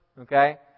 Okay